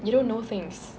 you don't know things